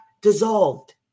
dissolved